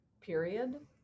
period